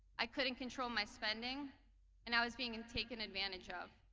i couldn't control my spending and i was being and taken advantage of.